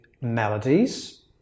melodies